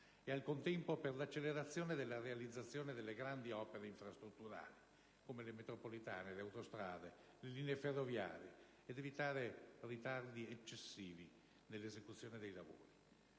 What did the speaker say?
e, al contempo, per l'accelerazione della realizzazione delle grandi opere infrastrutturali, come le metropolitane, le autostrade, le linee ferroviarie, per evitare ritardi eccessivi nell'esecuzione dei lavori.